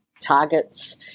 targets